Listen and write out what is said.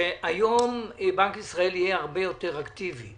שהיום בנק ישראל יהיה הרבה יותר אקטיבי,